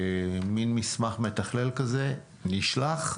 מסמך מתכלל שנשלח אותו.